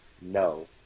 no